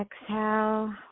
exhale